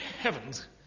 heavens